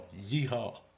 Yeehaw